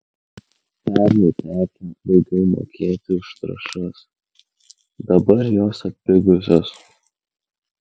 pernai tekę daugiau mokėti už trąšas dabar jos atpigusios